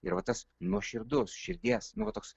ir va tas nuoširdus širdies nu va toks